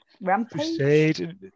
Rampage